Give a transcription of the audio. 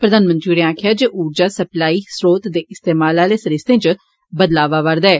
प्रधानमंत्री होरें आक्खेआ ऊर्जा सप्लाई स्रोत ते इस्तेमाल आह्ले सरिस्तें च बदलाव आवै'रदा ऐ